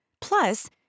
Plus